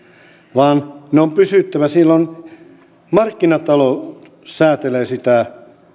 vaan niiden on pysyttävä markkinatalous säätelee sitä